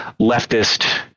leftist